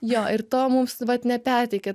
jo ir to mums vat neperteikia